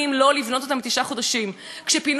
כשפינו יישובים הביאו מקווה נייד.